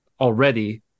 already